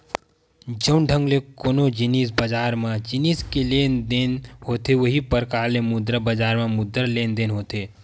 जउन ढंग ले कोनो जिनिस बजार म जिनिस के लेन देन होथे उहीं परकार ले मुद्रा बजार म मुद्रा के लेन देन होथे